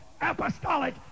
apostolic